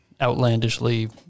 outlandishly